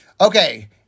Okay